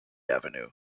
avenue